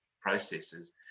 processes